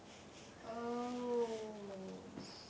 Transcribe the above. oh